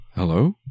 Hello